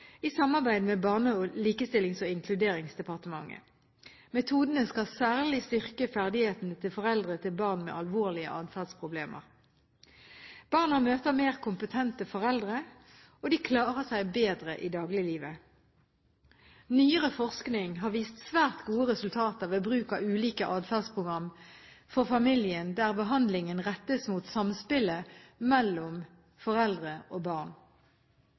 i samarbeid med Barne-, likestillings- og inkluderingsdepartementet. Metodene skal særlig styrke ferdighetene til foreldre til barn med alvorlige atferdsproblemer. Barna møter mer kompetente foreldre, og de klarer seg bedre i dagliglivet. Nyere forskning har vist svært gode resultater ved bruk av ulike atferdsprogram for familien der behandlingen rettes mot samspillet mellom foreldre og barn.